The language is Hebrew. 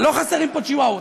לא חסרים פה צ'יוואוות,